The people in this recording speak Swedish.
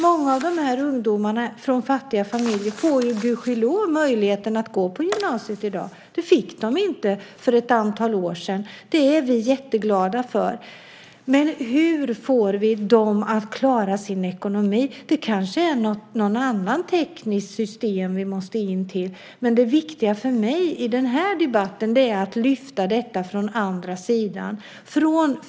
Många ungdomar från fattiga hem får i dag gudskelov möjlighet att gå på gymnasiet. Det är vi glada för. Det fick de inte för ett antal år sedan. Hur får vi dem att klara sin ekonomi? Vi kanske måste ha något annat tekniskt system. Det viktiga för mig i den här debatten är att lyfta detta från andra sidan.